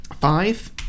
Five